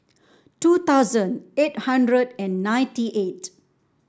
two thousand eight hundred and ninety eight